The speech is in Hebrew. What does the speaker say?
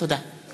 תודה.